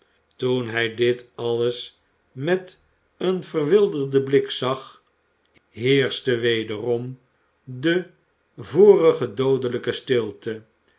toen hij dit alles met een verwilderden blik zag heerschte wederom de vorige doodelijke stilte